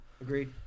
Agreed